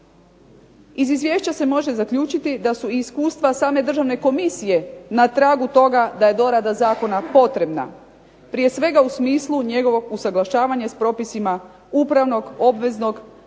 Iz izvješća se može zaključiti da su iskustva same državne komisije na tragu toga da je dorada zakona potrebna prije svega u smislu njegovog usuglašavanja s propisima upravnog, obveznog, prekršajnog